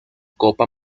copa